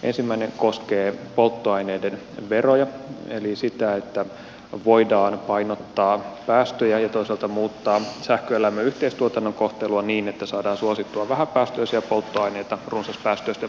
ensimmäinen koskee polttoaineiden veroja eli sitä että voidaan painottaa päästöjä ja toisaalta muuttaa sähkön ja lämmön yhteistuotannon kohtelua niin että saadaan suosittua vähäpäästöisiä polttoaineita runsaspäästöisten polttoaineiden kustannuksella